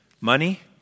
money